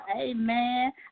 amen